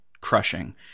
crushing